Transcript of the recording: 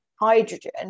hydrogen